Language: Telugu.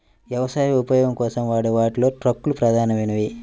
వ్యవసాయ ఉపయోగం కోసం వాడే వాటిలో ట్రక్కులు ప్రధానమైనవి